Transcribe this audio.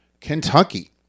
Kentucky